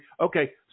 Okay